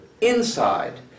inside